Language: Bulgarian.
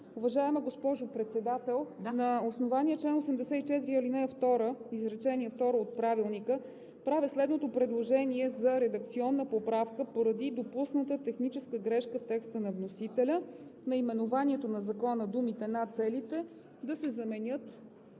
Уважаема госпожо Председател, на основание чл. 84, ал. 2, изречение второ от Правилника правя следното предложение за редакционна поправка поради допусната техническа грешка в текста на вносителя: в наименованието на Закона думите „на целите“ да се заменят